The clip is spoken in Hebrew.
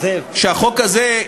החוק הזה,